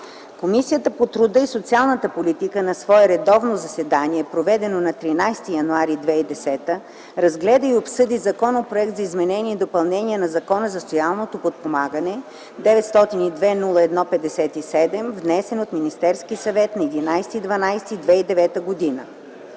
Комисията по труда и социалната политика на свое редовно заседание, проведено на 13 януари 2010 г., разгледа и обсъди Законопроект за изменение и допълнение на Закона за социално подпомагане, № 902-01-57, внесен от Министерския съвет на 11 декември